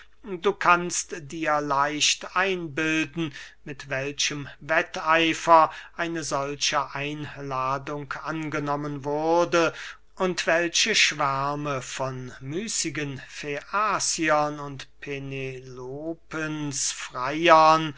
du kannst dir leicht einbilden mit welchem wetteifer eine solche einladung angenommen wurde und welche schwärme von müßigen fäaziern und